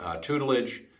tutelage